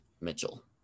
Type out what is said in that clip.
Mitchell